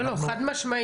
לא, לא, חד משמעית.